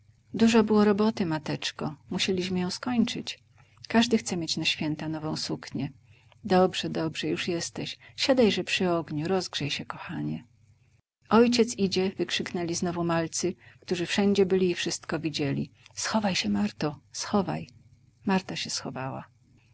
dużo było roboty mateczko musieliśmy ją skończyć każdy chce mieć na święta nową suknię dobrze dobrze już jesteś siadajże przy ogniu rozgrzej się kochanie ojciec idzie wykrzyknęli znowu malcy którzy wszędzie byli i wszystko widzieli schowaj się marto schowaj marta się schowała